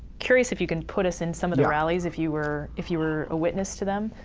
curious if you can put us in some of the rallies, if you were if you were a witness to them.